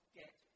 get